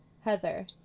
Heather